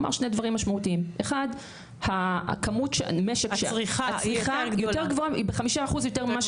הוא אמר שני דברים משמעותיים: הצריכה היא ב-5% יותר.